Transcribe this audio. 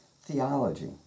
theology